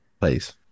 please